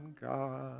God